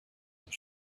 your